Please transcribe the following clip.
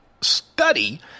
study